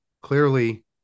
clearly